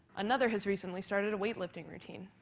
another has recently started a weightlifting routine.